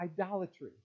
idolatry